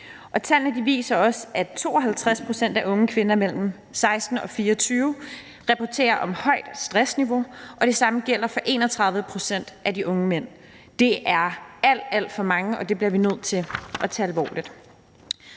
Tallene viser også, at 52 pct. af unge kvinder mellem 16 og 24 år rapporterer om højt stressniveau, og det samme gælder for 31 pct. af de unge mænd. Det er alt, alt for mange, og det bliver vi nødt til at tage alvorligt.